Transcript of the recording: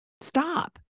stop